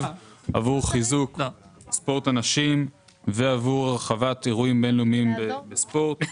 עבור חיזוק ספורט הנשים ועבור הרחבת אירועים בין-לאומיים בספורט.